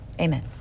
Amen